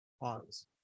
Pause